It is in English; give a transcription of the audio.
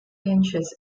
inches